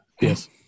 yes